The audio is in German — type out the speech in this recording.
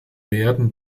werden